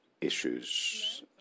issues